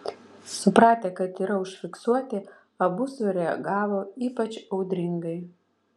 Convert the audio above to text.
supratę kad yra užfiksuoti abu sureagavo ypač audringai